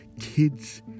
Kids